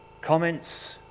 comments